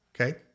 Okay